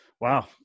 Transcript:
Wow